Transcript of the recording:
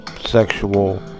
sexual